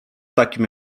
takim